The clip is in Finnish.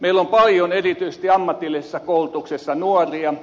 meillä on paljon erityisesti ammatillisessa koulutuksessa nuoria